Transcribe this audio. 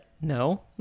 no